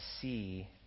see